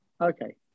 Okay